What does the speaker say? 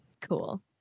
cool